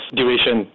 duration